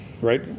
right